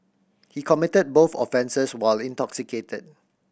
he committed both offences while intoxicated